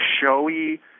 showy